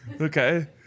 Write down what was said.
Okay